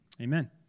amen